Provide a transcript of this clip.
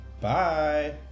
Bye